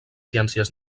ciències